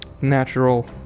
Natural